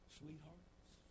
sweethearts